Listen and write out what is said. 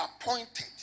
appointed